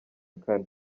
kane